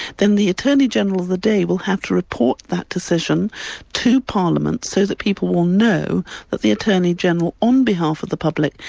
then the attorney-general of the day will have to report that decision to parliament so that people will know that the attorney-general, on behalf of the public,